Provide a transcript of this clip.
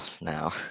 now